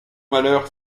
malheur